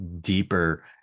deeper